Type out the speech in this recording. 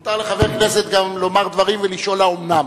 מותר גם לחבר כנסת לומר דברים ולשאול: האומנם.